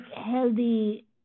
healthy